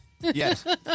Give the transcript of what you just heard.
Yes